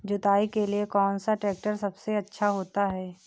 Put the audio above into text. जुताई के लिए कौन सा ट्रैक्टर सबसे अच्छा होता है?